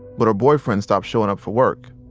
but her boyfriend stopped showing up for work,